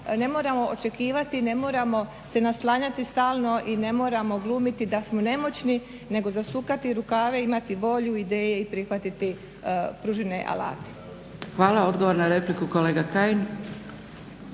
ne moramo očekivati, ne moramo se naslanjati stalno i ne moramo glumiti da smo nemoćni nego zasukati rukave, imati volju, ideje i prihvatiti pružene alate. **Zgrebec, Dragica